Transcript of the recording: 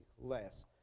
less